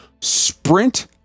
sprint